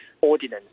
Ordinance